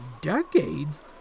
decades